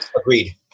Agreed